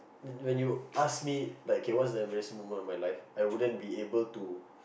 when when you ask me like K what is the embarrassing moment of my life I wouldn't be able to